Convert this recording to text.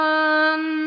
one